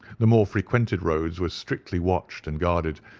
the more-frequented roads were strictly watched and guarded,